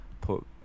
put